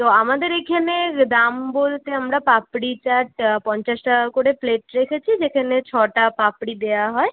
তো আমাদের এখানের দাম বলতে আমরা পাপড়ি চাট পঞ্চাশ টাকা করে প্লেট রেখেছি যেখানে ছটা পাপড়ি দেওয়া হয়